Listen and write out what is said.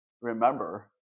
remember